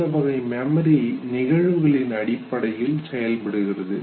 இந்த வகை மெமரி நிகழ்வுகளின் அடிப்படையில் செயல்படுகிறது